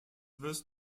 wirst